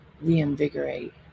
reinvigorate